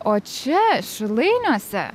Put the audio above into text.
o čia šilainiuose